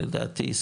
לדעתי,